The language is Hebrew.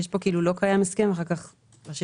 יש פה כאילו לא קיים הסכם ואחר כך "אשר